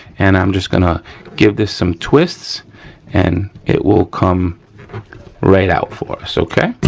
and i'm just gonna give this some twists and it will come right out for us, okay.